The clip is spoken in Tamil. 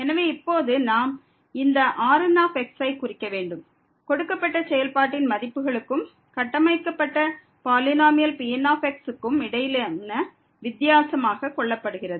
எனவே இப்போது நாம் இந்த Rn ஐ குறிக்க வேண்டும் கொடுக்கப்பட்ட செயல்பாட்டின் மதிப்புகளுக்கும் கட்டமைக்கப்பட்ட பாலினோமியல் Pn க்கும் இடையிலான வித்தியாசமாக கொள்ளப்படுகிறது